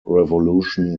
revolution